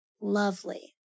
Lovely